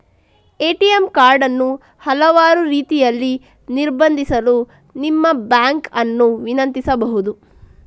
ATM card ಅನ್ನು ಹಲವಾರು ರೀತಿಯಲ್ಲಿ ನಿರ್ಬಂಧಿಸಲು ನಿಮ್ಮ ಬ್ಯಾಂಕ್ ಅನ್ನು ವಿನಂತಿಸಬಹುದು